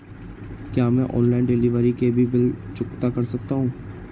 क्या मैं online delivery के भी बिल चुकता कर सकता हूँ?